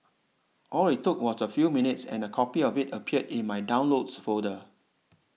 all it took was a few minutes and a copy of it appeared in my downloads folder